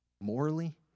morally